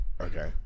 okay